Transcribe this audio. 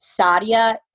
Sadia